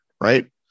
right